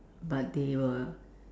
but they were